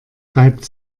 reibt